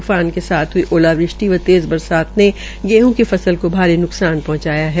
तूफान के साथ हुई ओलावृष्टि व तेज़ बरसात ने गेहं की फसल को भारी न्कसान पहंचाया है